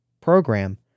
program